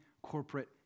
corporate